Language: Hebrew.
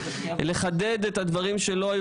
לחדד את הדברים,